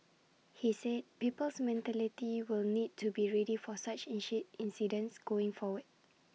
he said people's mentality will need to be ready for such incidents going forward